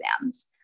exams